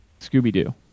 Scooby-Doo